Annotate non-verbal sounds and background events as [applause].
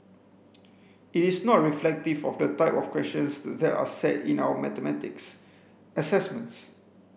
[noise] it is not reflective of the type of questions that are set in our mathematics assessments